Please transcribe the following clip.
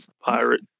pirate